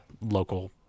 local